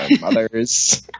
mothers